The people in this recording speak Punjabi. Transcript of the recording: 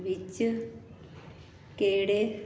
ਵਿੱਚ ਕਿਹੜੇ